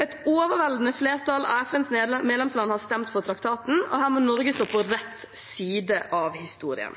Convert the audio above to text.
Et overveldende flertall av FNs medlemsland har stemt for traktaten, og her må Norge stå på rett side av historien.